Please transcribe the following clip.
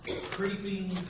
creeping